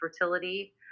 fertility